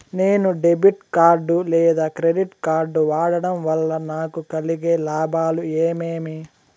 నేను debit card లేదా credit card వాడడం వల్ల నాకు కలిగే లాభాలు ఏమేమీ?